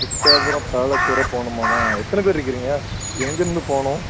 Ettayapuram palace வர போகணுமாம்மா எத்தனை பேர் இருக்கிறீங்க எங்கேருந்து போகணும்